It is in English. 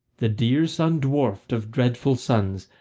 the dear sun dwarfed of dreadful suns,